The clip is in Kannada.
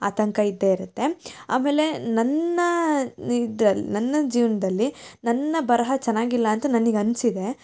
ಆತಂಕ ಇದ್ದೇ ಇರುತ್ತೆ ಆಮೇಲೆ ನನ್ನಲ್ಲಿದ್ದ ನನ್ನ ಜೀವನದಲ್ಲಿ ನನ್ನ ಬರಹ ಚೆನ್ನಾಗಿಲ್ಲ ಅಂತ ನನಗ್ ಅನಿಸಿದೆ